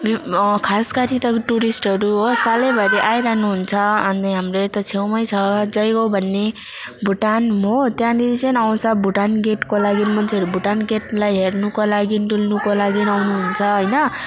खास गरी त टुरिस्टहरू हो सालभरि आइरहनुहुन्छ अनि हाम्रो यता छेउमै छ जयगाउँ भन्ने भुटान हो त्यहाँनेरि चाहिँ आउँछ भुटान गेटको लागि मान्छेहरू भुटान गेटलाई हेर्नुको लागि डुल्नुको लागि आउनु हुन्छ होइन